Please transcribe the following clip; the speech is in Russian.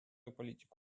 политику